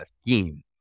scheme